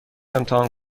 امتحان